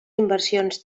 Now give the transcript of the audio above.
inversions